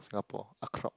Singapore Art Club